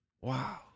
Wow